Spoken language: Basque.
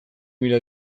mila